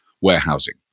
warehousing